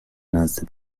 نزد